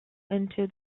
into